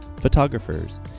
photographers